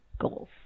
goals